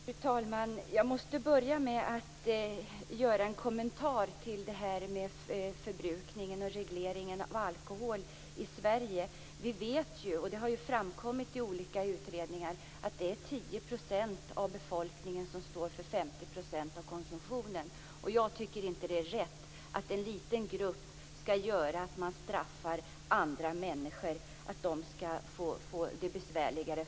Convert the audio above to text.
Fru talman! Jag måste börja med att kommentera förbrukningen och regleringen av alkohol i Sverige. Det har framkommit i olika utredningar att det är 10 % av befolkningen som står för 50 % av konsumtionen. Jag tycker inte att det är rätt att en liten grupp som missköter sig leder till att andra människor straffas och får det besvärligare.